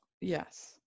Yes